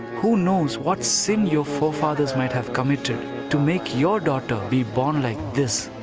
who knows what sin your forefathers might have committed to make your daughter be born like this.